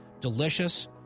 delicious